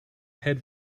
head